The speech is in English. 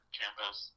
campus